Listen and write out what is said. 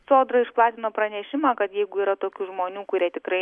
sodra išplatino pranešimą kad jeigu yra tokių žmonių kurie tikrai